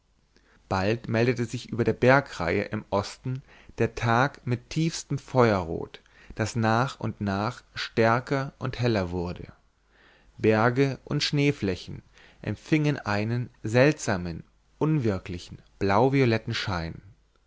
bald meldete sich über der bergreihe im osten der tag mit tiefstem feuerrot das nach und nach stärker und heller wurde berge und schneeflächen empfingen einen seltsam unwirklichen blauvioletten schein